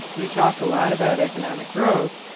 we talk a lot about economic growth.